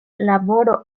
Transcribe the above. laboro